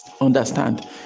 understand